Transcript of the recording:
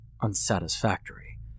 unsatisfactory